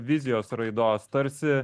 vizijos raidos tarsi